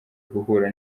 guhura